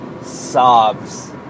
sobs